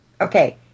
Okay